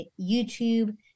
YouTube